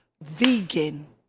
vegan